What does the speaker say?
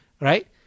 Right